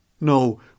No